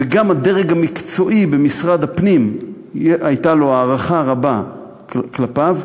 וגם הדרג המקצועי במשרד הפנים הייתה לו הערכה רבה כלפיו,